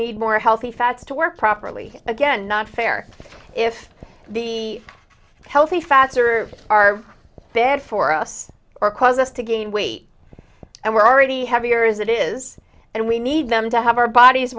need more healthy fats to work properly again not fair if the healthy fats are are there for us or cause us to gain weight and we're already have your is it is and we need them to have our bodies